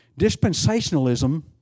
dispensationalism